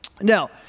Now